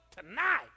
tonight